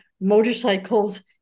motorcycles